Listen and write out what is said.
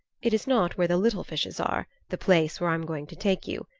it is not where the little fishes are, the place where i'm going to take you.